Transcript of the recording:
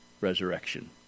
resurrection